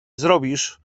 zrobisz